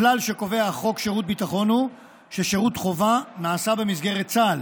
הכלל שקובע חוק שירות ביטחון הוא ששירות חובה נעשה במסגרת צה"ל.